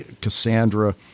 Cassandra